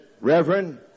Reverend